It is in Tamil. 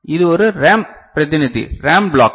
இது ஒரு ரேம் பிரதிநிதி ரேம் பிளாக்